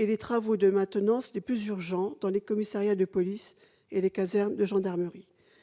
et les travaux de maintenance les plus urgents dans les commissariats de police et les casernes de gendarmerie